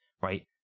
right